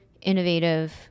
innovative